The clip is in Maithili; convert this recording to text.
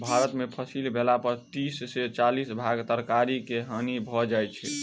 भारत में फसिल भेला पर तीस से चालीस भाग तरकारी के हानि भ जाइ छै